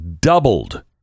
doubled